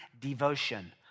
devotion